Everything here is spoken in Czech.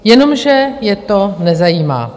Jenomže je to nezajímá.